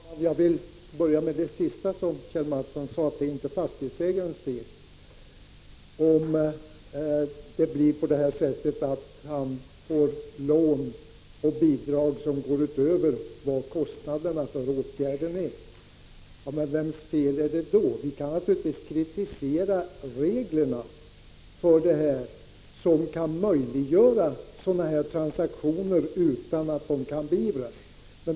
Herr talman! Jag vill börja med det som Kjell Mattsson sade sist i sin replik, dvs. att det inte är fastighetsägarens fel om han får lån och bidrag som går utöver kostnaden för åtgärderna. Vems fel är det då? Vi kan naturligtvis kritisera reglerna, som möjliggör sådana här transaktioner utan att de kan beivras.